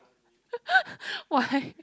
why